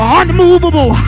unmovable